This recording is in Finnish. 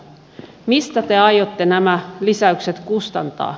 mistä te aiotte nämä lisäykset kustantaa